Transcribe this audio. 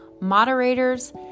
moderators